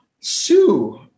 Sue